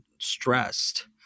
stressed